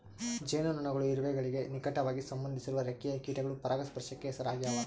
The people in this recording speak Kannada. ಜೇನುನೊಣಗಳು ಇರುವೆಗಳಿಗೆ ನಿಕಟವಾಗಿ ಸಂಬಂಧಿಸಿರುವ ರೆಕ್ಕೆಯ ಕೀಟಗಳು ಪರಾಗಸ್ಪರ್ಶಕ್ಕೆ ಹೆಸರಾಗ್ಯಾವ